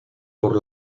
por